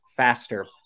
faster